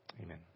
Amen